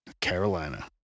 Carolina